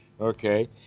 okay